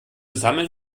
sammeln